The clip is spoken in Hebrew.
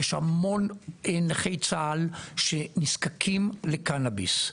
יש המון נכי צה"ל שנזקקים לקנביס,